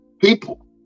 people